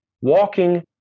walking